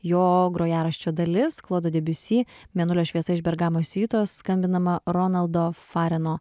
jo grojaraščio dalis klodo debiusi mėnulio šviesa iš bergamo siuitos skambinama ronaldo fareno